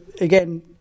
again